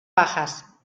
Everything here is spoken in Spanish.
bajas